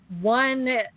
one